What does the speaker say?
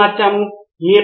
professor బహుశా అవును